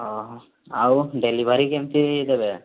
ହଁ ହଁ ଆଉ ଡେଲିଭରି କେମିତି ଦେବେ